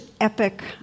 epic